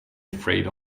afraid